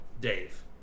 Dave